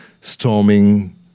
storming